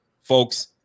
Folks